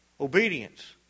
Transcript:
Obedience